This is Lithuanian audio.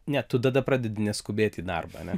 ne tu tada pradedi neskubėt į darbą ane